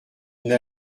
n’a